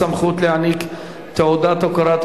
הסמכות להעניק תעודת הוקרה),